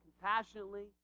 compassionately